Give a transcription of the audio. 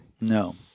No